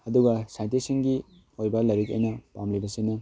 ꯑꯗꯨꯒ ꯁꯥꯏꯟꯁꯇꯤꯁꯁꯤꯡꯒꯤ ꯑꯣꯏꯕ ꯂꯥꯏꯔꯤꯛ ꯑꯩꯅ ꯄꯥꯝꯂꯤꯕꯁꯤꯅ